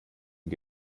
den